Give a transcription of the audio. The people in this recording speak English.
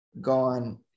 gone